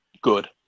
good